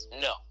No